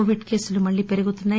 Covid కేసులు మళ్లీ పెరుగుతున్నాయి